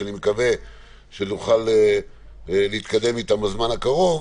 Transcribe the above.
שאני מקווה שנוכל להתקדם איתן בזמן הקרוב,